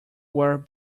were